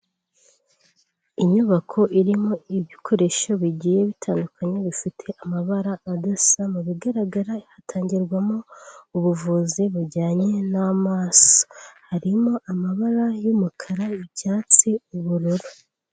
Inyubako irimo ibikoresho bigiye bitandukanye bifite amabara adasa, mu bigaragara hatangirwamo ubuvuzi bujyanye n'amaso, harimo amabara y'umukara, icyatsi, ubururu.